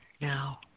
now